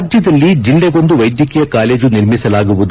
ರಾಜ್ಞದಲ್ಲಿ ಜಿಲ್ಲೆಗೊಂದು ವೈದ್ಯಕೀಯ ಕಾಲೇಜು ನಿರ್ಮಿಸಲಾಗುವುದು